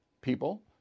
people